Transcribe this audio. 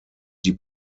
die